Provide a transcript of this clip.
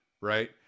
right